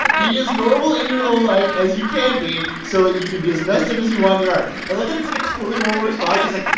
but be as normal in your own life as you can be, so ah you can be as messed up as you want in your art. i love that it's, like, a totally normal response. he's like,